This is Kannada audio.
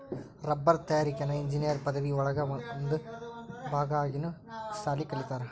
ರಬ್ಬರ ತಯಾರಿಕೆನ ಇಂಜಿನಿಯರ್ ಪದವಿ ಒಳಗ ಒಂದ ಭಾಗಾ ಆಗಿನು ಸಾಲಿ ಕಲಿತಾರ